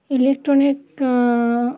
electronic